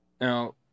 Now